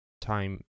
time